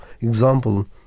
example